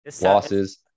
losses